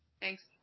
Thanks